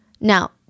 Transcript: Now